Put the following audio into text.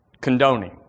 condoning